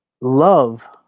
Love